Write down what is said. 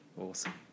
Awesome